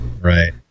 right